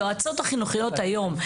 היועצות החינוכיות היום,